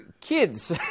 kids